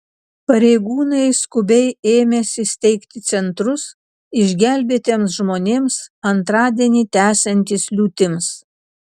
pareigūnai skubiai ėmėsi steigti centrus išgelbėtiems žmonėms antradienį tęsiantis liūtims